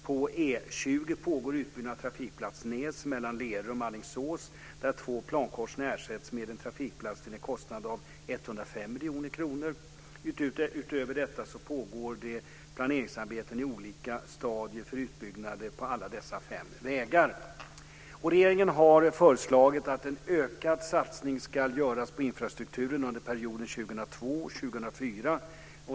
På E 20 pågår en utbyggnad av trafikplats Nääs mellan Lerum och Alingsås, där två plankorsningar ersätts av en trafikplats till en kostnad av 105 miljoner kronor. Utöver detta pågår det planeringsarbeten i olika stadier för utbyggnad av alla dessa fem vägar. Regeringen har föreslagit att en ökad satsning ska göras på infrastrukturen under perioden 2002-2004.